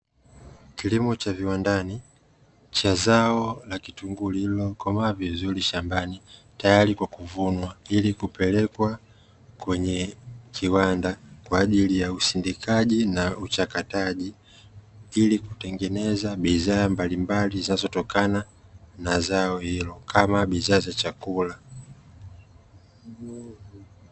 Kilimo cha viwandani cha zao la kitunguu lliilo komaa vizuri shambani tayari kwa kuvunwa ili kupelekwa kwenye kiwanda kwa ajili ya usindikaji na uchakataji, ili kutengeneza bidhaa mbalimbali zinazotokana na zao hilo kama bidhaa za chakula.